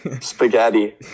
spaghetti